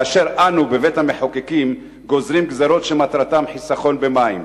כאשר אנו בבית-המחוקקים גוזרים גזירות שמטרתן חיסכון במים.